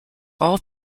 all